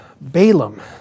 Balaam